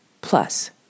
Plus